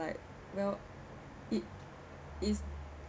like you know it it's